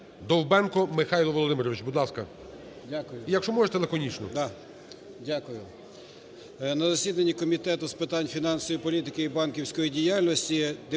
Довбенко Михайло Володимирович. Будь ласка. Якщо можете, лаконічно.